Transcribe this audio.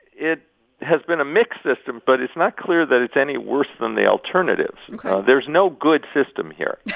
it has been a mixed system, but it's not clear that it's any worse than the alternatives ok there's no good system here